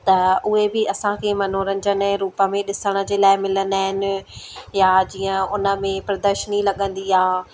त उहे बि असांखे मनोरंजन जे रूप में ॾिसण जे लाइ मिलंदा आहिनि या जीअं उन में प्रदर्शनी लॻंदी आहे